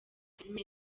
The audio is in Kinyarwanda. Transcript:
filime